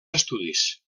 estudis